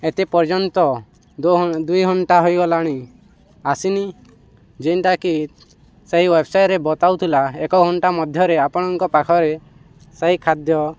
ଏତେ ପର୍ଯ୍ୟନ୍ତ ଦ ଦୁଇ ଘଣ୍ଟା ହେଇଗଲାଣି ଆସିନି ଯେନ୍ଟା କି ସେହି ୱେବସାଇଟ୍ରେ ବତାଉଥିଲା ଏକ ଘଣ୍ଟା ମଧ୍ୟରେ ଆପଣଙ୍କ ପାଖରେ ସେହି ଖାଦ୍ୟ